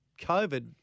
COVID